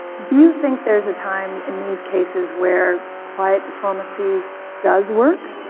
do you think there's a time in these cases where quiet diplomacy does work?